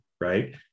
Right